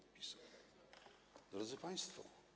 Drodzy Państwo!